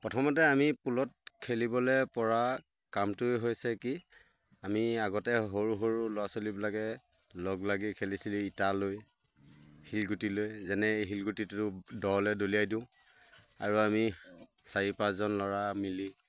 প্ৰথমতে আমি পুলত খেলিবলৈ পৰা কামটোৱে হৈছে কি আমি আগতে সৰু সৰু ল'ৰা ছোৱালীবিলাকে লগ লাগি খেলিছিলোঁ ইটা লৈ শিলগুটি লৈ যেনে এই শিলগুটিটো দ'লৈ দলিয়াই দিওঁ আৰু আমি চাৰি পাঁচজন ল'ৰা মিলি